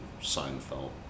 Seinfeld